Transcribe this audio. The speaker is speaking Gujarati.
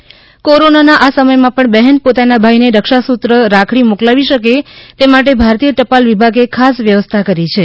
પોસ્ટ વિભાગ કોરોનાના આ સમયમાં પણ બહેન પોતાના ભાઈને રક્ષાસૂત્ર રાખડી મોકલાવી શકે તે માટે ભારતીય ટપાલ વિભાગે ખાસ વ્યવસ્થા કરી છે